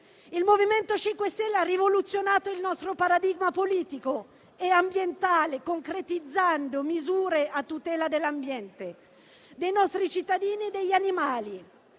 Il MoVimento 5 Stelle ha rivoluzionato il nostro paradigma politico e ambientale, concretizzando misure a tutela dell'ambiente, dei nostri cittadini e degli animali.